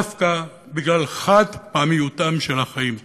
דווקא בגלל חד-פעמיותם של החיים.